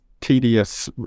tedious